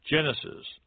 Genesis